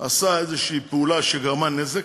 עשה איזושהי פעולה שגרמה נזק.